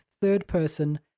third-person